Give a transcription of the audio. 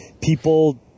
people